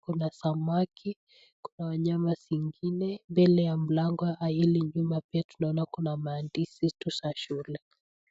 kuna samaki, kuna wanyama zingine. Mbele ya mlango ya hili nyumba pia tunaona kuna maandishi tu za shule.